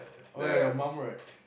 oh ya your mum right